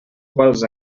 quals